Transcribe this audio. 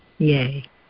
Yay